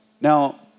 Now